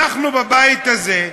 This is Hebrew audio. אנחנו בבית הזה,